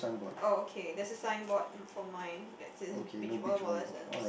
oh okay there's a signboard um for mine that says beach volleyball lessons